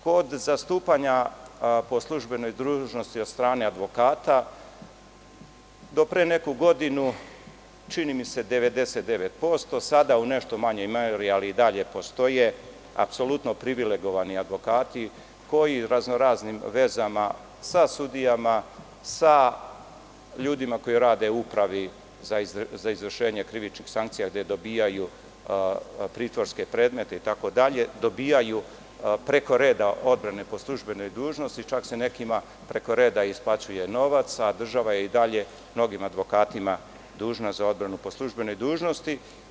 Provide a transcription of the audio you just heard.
Kod zastupanja po službenoj dužnosti od strane advokata, do pre neku godinu, čini mi se 99% a sada u nešto manjoj meri, ali i dalje postoje privilegovani advokati koji raznoraznim vezama sa sudijama, sa ljudima koji rade u Upravi za izvršenje krivičnih sankcija, a gde dobijaju pritvorske predmete, dobijaju preko reda odbrane po službenoj dužnosti, čak se nekima i preko reda isplaćuje novac, a država je i dalje mnogim advokatima dužna za odbranu po službenoj dužnosti.